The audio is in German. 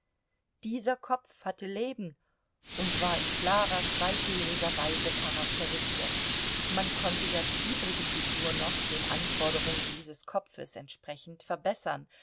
dieser kopf hatte leben und war in klarer zweifelloser weise charakterisiert man konnte ja die übrige figur noch den anforderungen dieses kopfes entsprechend verbessern